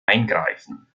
eingreifen